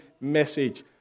message